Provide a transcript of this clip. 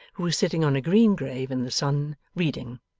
who was sitting on a green grave in the sun, reading.